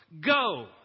go